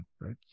right